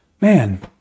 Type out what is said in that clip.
Man